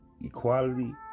equality